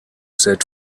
set